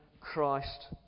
Christ